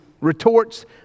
retorts